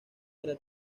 era